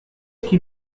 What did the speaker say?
qui